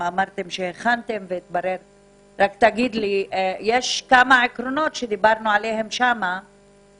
יש כמה עקרונות שדיברנו עליהם בדיון הקודם,